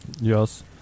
Yes